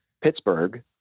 pittsburgh